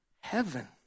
heaven